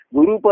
Guru